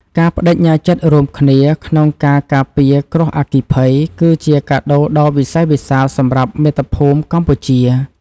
ការប្តេជ្ញាចិត្តរួមគ្នាក្នុងការការពារគ្រោះអគ្គិភ័យ គឺជាកាដូដ៏វិសេសវិសាលសម្រាប់មាតុភូមិកម្ពុជា។